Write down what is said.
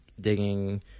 digging